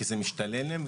כי זה משתלם להם,